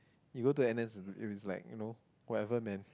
you go to N_S it's like you know whatever man